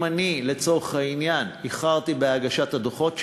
אם אני, לצורך העניין, איחרתי בהגשת הדוחות שלי,